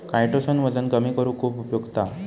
chitosan वजन कमी करुक खुप उपयुक्त हा